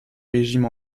régime